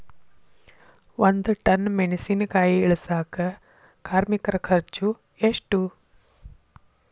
ಒಂದ್ ಟನ್ ಮೆಣಿಸಿನಕಾಯಿ ಇಳಸಾಕ್ ಕಾರ್ಮಿಕರ ಖರ್ಚು ಎಷ್ಟು?